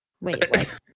wait